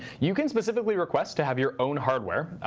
you can specifically request to have your own hardware.